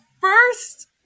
First